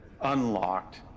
unlocked